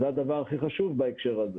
זה הדבר הכי חשוב בהקשר הזה.